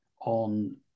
on